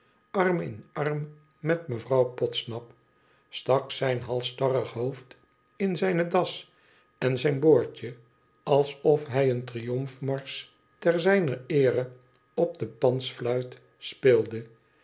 arm in arm met mevrouw podsnap stak zijn halsstarrig hoofd in zijne das en zijn boordje alsof hij een triomfmarsch ter zijner eere op de pansfluit speelde